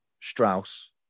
Strauss